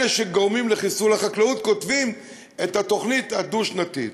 אלה שגורמים לחיסול החקלאות כותבים את התוכנית הדו-שנתית.